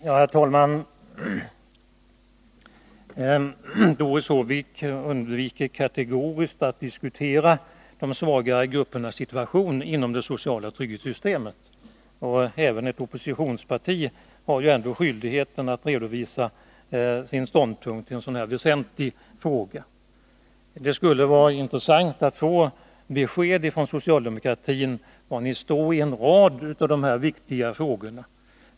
Herr talman! Doris Håvik undviker kategoriskt att diskutera de svaga gruppernas situation inom det sociala trygghetssystemet. Även ett oppositionsparti har skyldighet att redovisa sin ståndpunkt i en så väsentlig fråga. Det skulle vara intressant att få besked från socialdemokratin om var ni står i en rad av de viktiga frågorna.